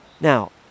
Now